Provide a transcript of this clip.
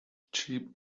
cheap